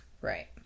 Right